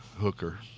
hooker